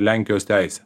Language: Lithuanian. lenkijos teisę